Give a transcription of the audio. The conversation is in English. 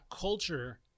culture